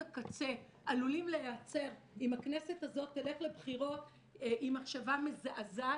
הקצה עלולים להיעצר אם הכנסת הזאת תלך לבחירות היא מחשבה מזעזעת.